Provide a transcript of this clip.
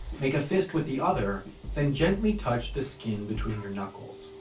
make a fist with the other then gently touch the skin between your knuckles.